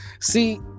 see